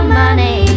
money